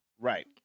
right